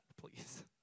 please